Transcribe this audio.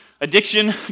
Addiction